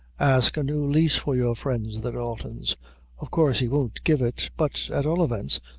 ask a new lease for your friends, the daltons of course he won't give it but at all events,